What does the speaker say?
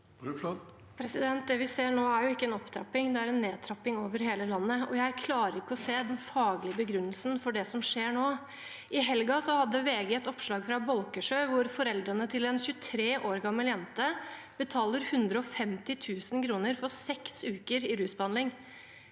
Det vi ser nå, er ikke en opptrapping – det er en nedtrapping over hele landet. Jeg klarer ikke å se den faglige begrunnelsen for det som skjer nå. I helgen hadde VG et oppslag fra Bolkesjø, hvor foreldrene til en 23 år gammel jente betaler 150 000 kr for seks uker i rusbehandling,